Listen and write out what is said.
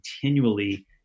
continually